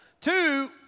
Two